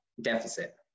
deficit